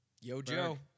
Yo-Joe